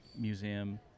museum